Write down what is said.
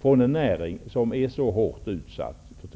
från en näring som för tillfället är så hårt utsatt.